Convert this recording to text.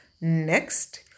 Next